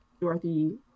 Dorothy